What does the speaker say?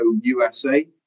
USA